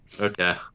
Okay